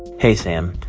hey, sam.